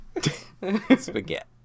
Spaghetti